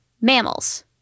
mammals